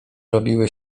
robiły